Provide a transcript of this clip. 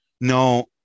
no